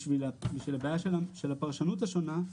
בשביל הבעיה של הפרשנות השונה,